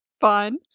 fun